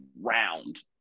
round